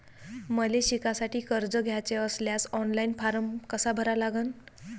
मले शिकासाठी कर्ज घ्याचे असल्यास ऑनलाईन फारम कसा भरा लागन?